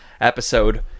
episode